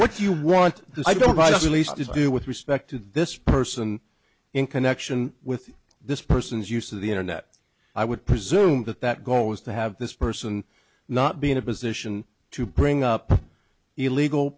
what you want i don't buy this release do with respect to this person in connection with this person's use of the internet i would presume that that goal is to have this person not be in a position to bring up illegal